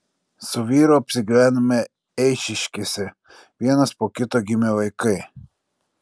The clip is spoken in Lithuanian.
su vyru apsigyvenome eišiškėse vienas po kito gimė vaikai